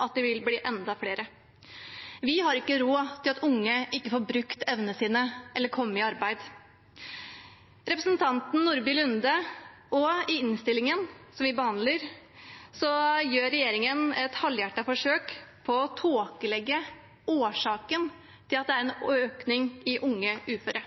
at det vil bli enda flere. Vi har ikke råd til at unge ikke får brukt evnene sine eller komme i arbeid. Representanten Nordby Lunde og regjeringspartiene, i innstillingen vi behandler, gjør et halvhjertet forsøk på å tåkelegge årsaken til at det er en økning i antall unge uføre.